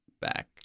back